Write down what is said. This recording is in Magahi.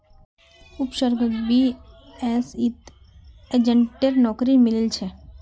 उपसर्गक बीएसईत एजेंटेर नौकरी मिलील छ